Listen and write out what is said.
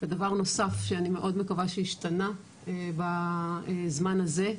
דבר נוסף שאני מאוד מקווה שהשתנה בזמן הזה,